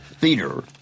theater